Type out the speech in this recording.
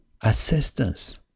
assistance